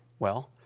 well,